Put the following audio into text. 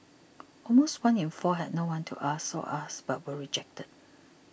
almost one in four had no one to ask or asked but were rejected